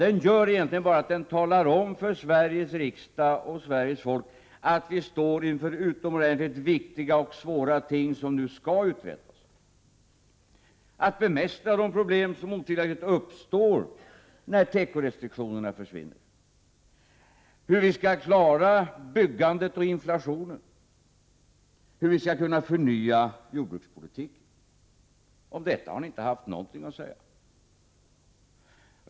I propositionen får Sveriges riksdag och Sveriges folk veta att vi står inför utomordentligt viktiga och svåra ting, som nu skall uträttas. Det gäller att bemästra de problem som otvivelaktigt uppstår när tekorestriktionerna försvinner, hur vi skall klara byggandet och inflationen samt hur vi skall kunna förnya jordbrukspolitiken. Om detta har ni inte haft någonting att säga.